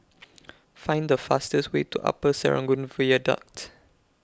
Find The fastest Way to Upper Serangoon Viaduct